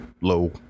low